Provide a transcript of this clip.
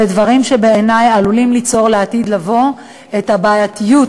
אלה דברים שבעיני עלולים ליצור לעתיד לבוא את הבעייתיות,